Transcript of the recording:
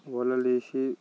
వలలు వేసి